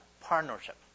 partnership